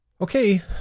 okay